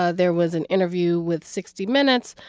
ah there was an interview with sixty minutes.